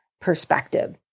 perspective